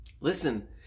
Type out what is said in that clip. Listen